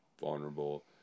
vulnerable